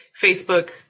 Facebook